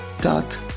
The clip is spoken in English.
dot